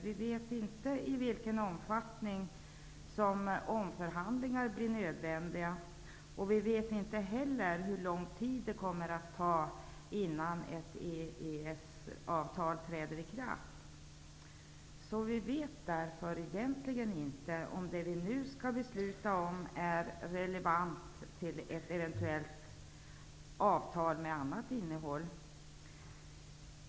Vi vet inte i vilken omfattning som omförhandlingar blir nödvändiga, och vi vet heller inte hur långt tid det kommer att ta innan ett EES-avtal träder i kraft. Vi vet därför egentligen inte om det vi nu skall besluta om är relevant i förhållande till ett eventuellt avtal med annat innehåll.